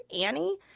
Annie